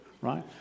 right